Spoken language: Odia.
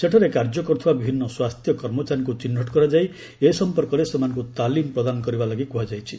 ସେଠାରେ କାର୍ଯ୍ୟ କରୁଥିବା ବିଭିନ୍ନ ସ୍ୱାସ୍ଥ୍ୟ କର୍ମଚାରୀଙ୍କୁ ଚିହ୍ନଟ କରାଯାଇ ଏ ସଂପର୍କରେ ସେମାନଙ୍କୁ ତାଲିମ ପ୍ରଦାନ କରିବା ଲାଗି କୁହାଯାଇଛି